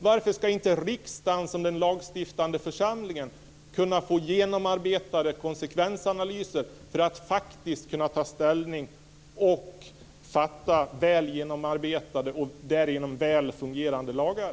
Varför skall inte riksdagen som den lagstiftande församlingen kunna få genomarbetade konsekvensanalyser för att faktiskt kunna ta ställning och fatta beslut som är väl genomarbetade och därigenom väl fungerande lagar?